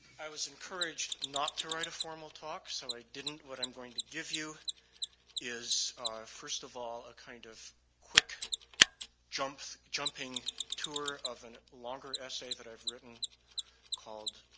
i was encouraged not to write a formal talk so i didn't. what i'm going to give you is first of all, a kind of quick jumping jumping tour of a longer essay that i've written called